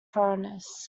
furnace